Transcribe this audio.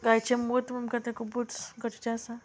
गायचें मूत आमकां खुबूच गरजेचें आसा